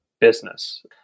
business